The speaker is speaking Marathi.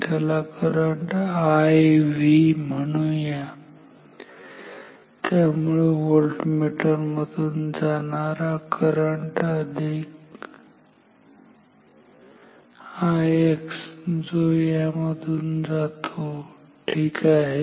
आपण त्याला करंट Iv म्हणूया त्यामुळे व्होल्टमीटर मधून जाणारा करंट अधिक Ix जो यामधून जातो ठीक आहे